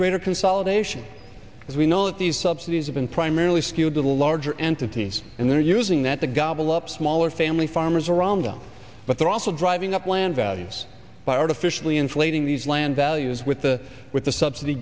greater consolidation as we know that these subsidies have been primarily skewed to the larger entities and they're using that to gobble up smaller family farmers around them but they're also having up land values by artificially inflating these land values with the with the subsidy